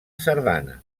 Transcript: sardana